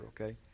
okay